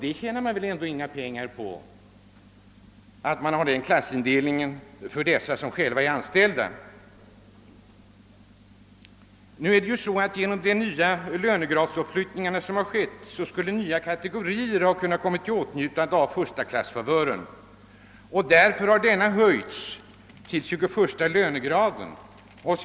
En sådan klassindelning för dem som är anställda inom SJ tjänar man väl inga pengar på. Genom de lönegradsuppflyttningar som skett skulle nya kategorier ha kunnat komma i åtnjutande av favören att resa i första klass, och därför har gränsen höjts till 21 lönegraden.